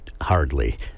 hardly